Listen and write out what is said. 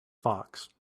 fox